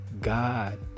god